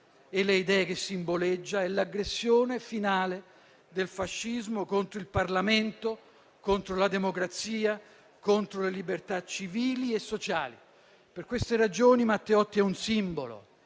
e le idee che simboleggia, ma è l'aggressione finale del fascismo contro il Parlamento, contro la democrazia, contro le libertà civili e sociali. Per queste ragioni Matteotti è un simbolo: